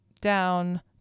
down